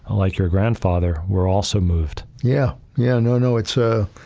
like your grandfather, were also moved. yeah, yeah, no, no, it's a,